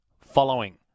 following